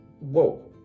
whoa